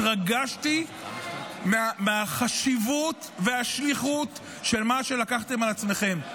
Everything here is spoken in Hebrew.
התרגשתי מהחשיבות ומהשליחות של מה שלקחתם על עצמכם.